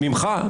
ממך?